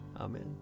Amen